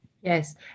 Yes